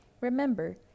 Remember